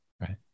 right